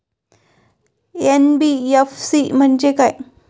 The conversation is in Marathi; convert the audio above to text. एन.बी.एफ.सी म्हणजे काय?